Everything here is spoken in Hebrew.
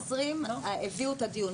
ב-2020 הביאו את הדיון,